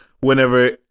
whenever